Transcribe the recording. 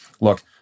look